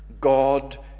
God